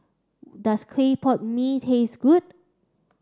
does Clay Pot Mee taste good